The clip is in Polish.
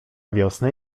wiosny